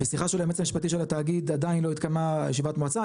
בשיחה שלו עם היועץ המשפטי של התאגיד עדיין לא התקיימה ישיבת מועצה.